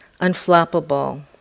unflappable